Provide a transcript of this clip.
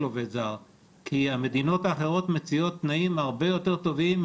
כי המדינות האחרות מציאת דברים הרבה יותר טובים,